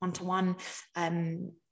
one-to-one